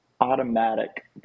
automatic